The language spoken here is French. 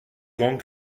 grands